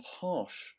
harsh